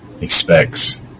expects